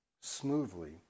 smoothly